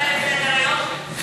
כשראיתי שזה על סדר-היום חיכיתי.